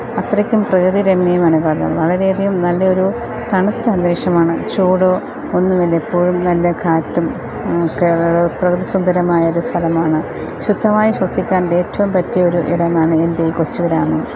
അത്രയ്ക്കും പ്രകൃതിരമണീയമാണ് കാരണം വളരെയധികം നല്ലൊരു തണുത്ത അന്തരീഷമാണ് ചൂട് ഒന്നുമില്ല എപ്പോഴും നല്ല കാറ്റും ഒക്കെ പ്രകൃതിസുന്ദരമായ ഒരു സ്ഥലമാണ് ശുദ്ധവായു ശ്വസിക്കാൻ ഏറ്റവും പറ്റിയ ഒരു ഇടമാണ് എൻ്റെ ഈ കൊച്ചു ഗ്രാമം